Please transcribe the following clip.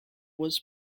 was